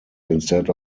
instead